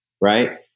right